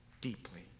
Deeply